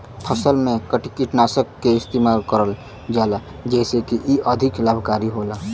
फसल में कीटनाशक के इस्तेमाल करल जाला जेसे की इ अधिक लाभकारी होला